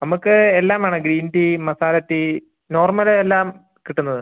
നമുക്ക് എല്ലാം വേണം green tea masala tea normal എല്ലാം കിട്ടുന്നത്